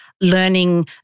learning